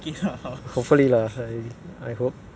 after tomorrow is is for the test right